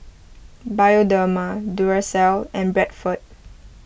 Bioderma Duracell and Bradford